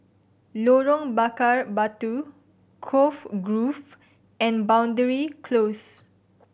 Lorong Bakar Batu Cove Grove and Boundary Close